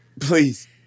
Please